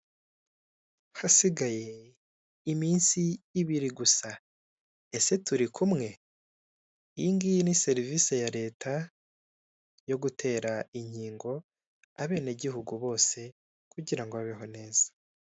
Hasigaye iminsi ibiri gusa, Ese turikumwe? Iyingiyi ni serivise ya leta yo gutera inkingo abenegihugu bose kugira ngo babeho neza.